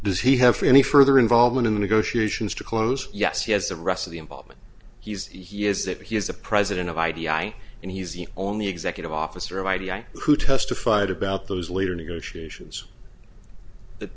does he have any further involvement in the negotiations to close yes he has the rest of the involvement he has that he is the president of i d i and he's the only executive officer of i d i who testified about those later negotiations that